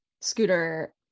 Scooter